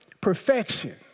perfection